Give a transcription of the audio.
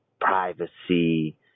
privacy